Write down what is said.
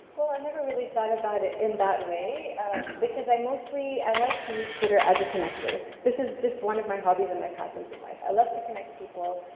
well, i never really thought about it in that way because i mostly, i like to use twitter as a connector. this is just one of my hobbies and my passions in life, i love to connect people,